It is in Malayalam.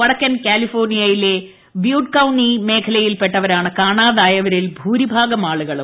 വടക്കൻ കാലിഫോർണിയായിലെ ബ്യൂട്ട് കൌണി മേഖലയിൽ പെട്ടവരാണ് കാണാതായപ്രിൽ ഭൂരിഭാഗം ആളുകളും